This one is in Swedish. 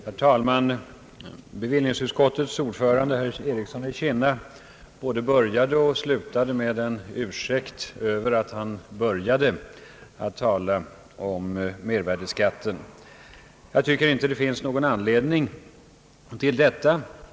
Herr talman! Bevillningsutskottets ordförande, herr Ericsson i Kinna, både började och slutade med en ursäkt för att han startade debatten med ett anförande om mervärdeskatten. Jag tycker inte att det finns någon anledning härtill.